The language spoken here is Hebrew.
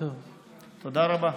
תודה רבה.